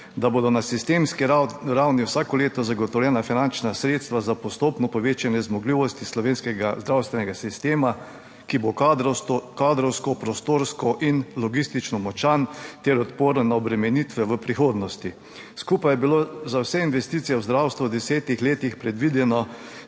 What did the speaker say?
da bodo na sistemski ravni vsako leto zagotovljena finančna sredstva za postopno povečanje zmogljivosti slovenskega zdravstvenega sistema, ki bo kadrovsko, kadrovsko, prostorsko in logistično močan ter odporen na obremenitve v prihodnosti. Skupaj je bilo za vse investicije v zdravstvu v desetih letih predvideno